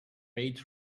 eight